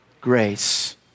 grace